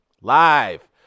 live